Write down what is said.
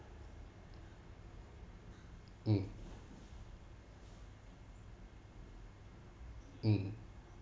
mm mm